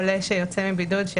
חולה שיוצא מבידוד,